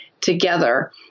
together